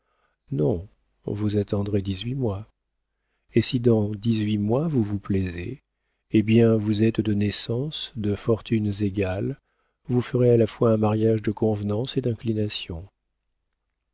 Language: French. non vous attendrez dix-huit mois et si dans dix-huit mois vous vous plaisez eh bien vous êtes de naissance de fortunes égales vous ferez à la fois un mariage de convenance et d'inclination